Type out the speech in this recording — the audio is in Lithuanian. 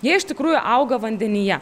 jie iš tikrųjų auga vandenyje